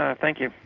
ah thank you.